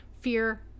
fear